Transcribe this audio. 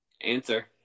answer